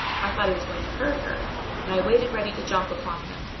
i thought he was going to hurt her and i waited ready to jump upon him,